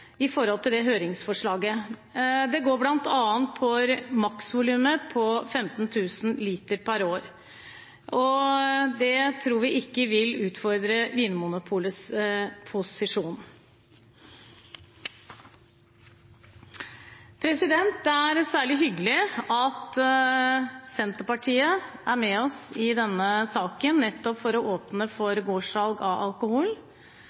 i forhold til høringsforslaget. Det går bl.a. på maksvolumet på 15 000 liter per år. Det tror vi ikke vil utfordre Vinmonopolets posisjon. Det er særlig hyggelig at Senterpartiet er med oss i denne saken, nettopp for å åpne for gårdssalg av alkohol.